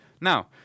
Now